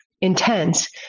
intense